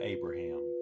Abraham